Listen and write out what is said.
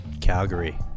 Calgary